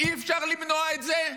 אי-אפשר למנוע את זה?